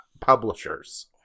Publishers